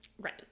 Right